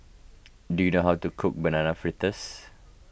do you know how to cook Banana Fritters